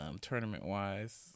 tournament-wise